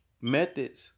methods